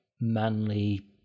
manly